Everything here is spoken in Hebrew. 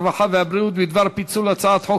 הרווחה והבריאות בדבר פיצול הצעת חוק